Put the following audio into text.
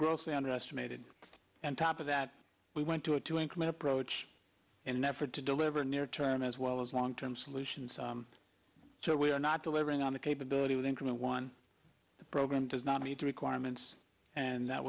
grossly underestimated and top of that we went to a two income approach in an effort to deliver near term as well as long term solutions so we are not delivering on the capability with increment one the program does not meet the requirements and that